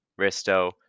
Risto